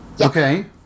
okay